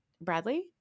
Bradley